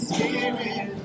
Spirit